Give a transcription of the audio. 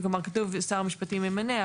כתוב: שר המשפטים ימנה,